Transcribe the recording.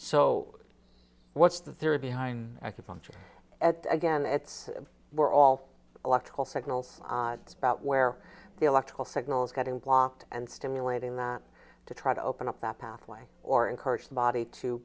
so what's the theory behind acupuncture again it's we're all electrical signals about where the electrical signals getting blocked and stimulating that to try to open up that pathway or encourage the body to